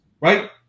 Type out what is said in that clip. right